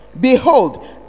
Behold